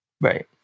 Right